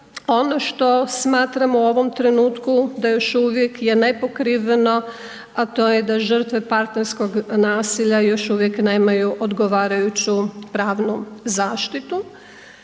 ono što smatram u ovom trenutku da još uvijek je nepokriveno a to je da žrtve partnerskog nasilja još uvijek nemaju odgovarajuću pravnu zaštitu.